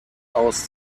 aus